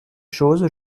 chose